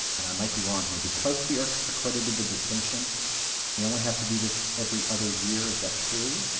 and i might be wrong here, because we are accredited with distinction we only have to do this every other year. is that true?